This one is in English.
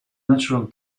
natural